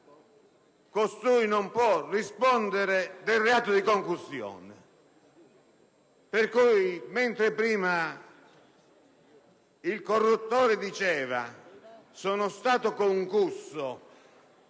costui non può rispondere del reato di concussione. Quindi, mentre prima il corruttore diceva di essere stato concusso